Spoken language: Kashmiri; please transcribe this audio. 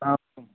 اَسلام